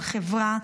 לחברה,